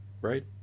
Right